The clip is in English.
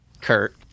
Kurt